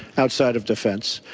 outside of defense.